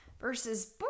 versus